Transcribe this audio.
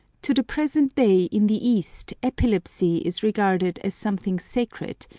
to the present day in the east epilepsy is regarded as something sacred,